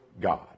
God